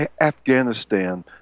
Afghanistan